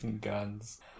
guns